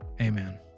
Amen